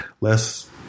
less